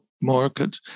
market